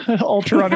ultra